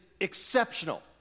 exceptional